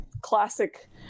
classic